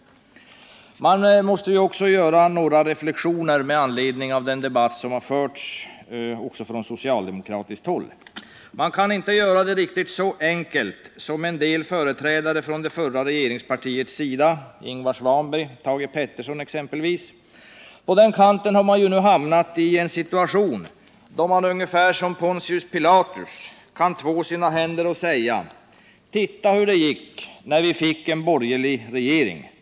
Jag vill också göra några reflexioner med anledning av den debatt som har förts från socialdemokratiskt håll. Man kan inte göra det riktigt så enkelt som en del företrädare för förra regeringspartiet, Ingvar Svanberg och Thage Peterson t.ex., gör det. På den kanten har man ju nu hamnat i en situation, där man ungefär såsom Pontius Pilatus kan två sina händer och säga: Titta hur det gick när vi fick en borgerlig regering.